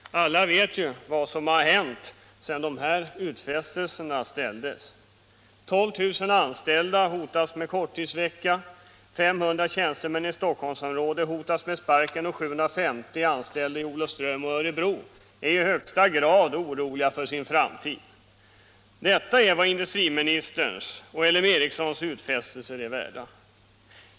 Alla vet ju vad som har hänt sedan dessa utfästelser gjordes. 12 000 anställda hotas med korttidsvecka, 500 tjänstemän i Stockholmsområdet hotas med sparken och 750 anställda i Olofström och Örebro är i högsta grad oroliga för sin framtid. Detta är vad industriministerns och L M Ericssons utfästelser är värda.